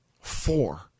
Four